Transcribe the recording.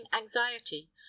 anxiety